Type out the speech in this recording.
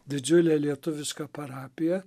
didžiulė lietuviška parapija